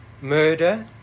murder